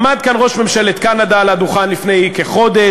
עמד כאן ראש ממשלת קנדה על הדוכן לפני כחודש.